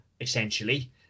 essentially